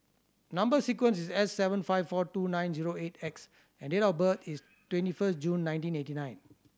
number sequence is S seven five four two nine zero eight X and date of birth is twenty first June nineteen eighty nine